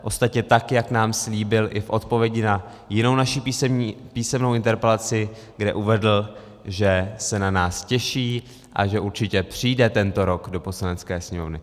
Ostatně tak jak nám slíbil i v odpovědi na jinou naši písemnou interpelaci, kde uvedl, že se na nás těší a že určitě přijde tento rok do Poslanecké sněmovny.